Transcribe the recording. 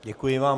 Děkuji vám.